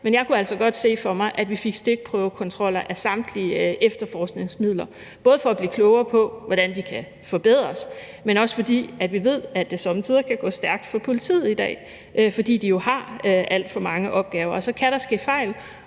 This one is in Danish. men jeg kunne altså godt se for mig, at vi fik stikprøvekontroller af samtlige efterforskningsmidler, både for at blive klogere på, hvordan de kan forbedres, men også fordi vi ved, at det somme tider kan gå stærkt for politiet i dag, fordi de jo har alt for mange opgaver, og så kan der ske fejl.